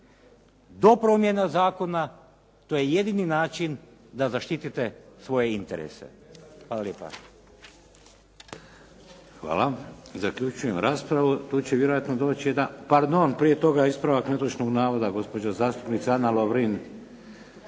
Do promjena zakona to je jedini način da zaštitite svoje interese. Hvala lijepa.